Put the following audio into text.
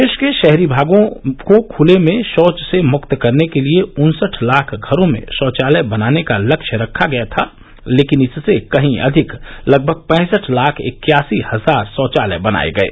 देश के शहरी भागों को खले में शौच से मुक्त करने के लिए उन्सठ लाख घरों में शौचालय बनाने का लक्ष्य रख गया था लेकिन इससे कहीं अधिक लगभग पैंसठ लाख इक्यासी हजार शौचालय बनाये गये